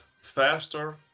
faster